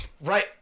Right